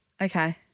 Okay